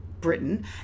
Britain